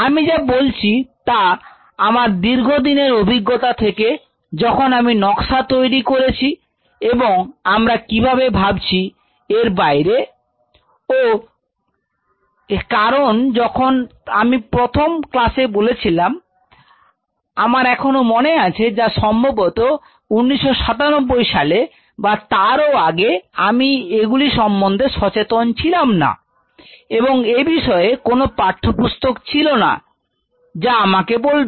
আমি যা বলছি তা আমার দীর্ঘদিনের অভিজ্ঞতা থেকে যখন আমি নকশা তৈরি করেছি এবং আমরা কিভাবে ভাবছি এর বাইরে ও কারণ যখন আমি প্রথম ক্লাসে বলেছিলাম আমার এখনো মনে আছে যা সম্ভবত 1997 সালে বা তারও আগে আমি এগুলি সম্বন্ধে সচেতন ছিলাম না এবং এ বিষয়ে কোনো পাঠ্যপুস্তুক ছিল না যা আমাকে বলবে